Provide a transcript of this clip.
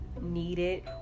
needed